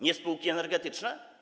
Nie spółki energetyczne?